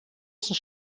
großen